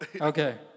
Okay